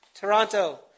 Toronto